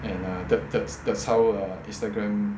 and err that that's that's how err instagram